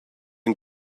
and